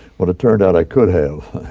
but it turned out i could have.